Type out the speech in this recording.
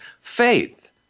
faith